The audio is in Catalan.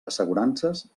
assegurances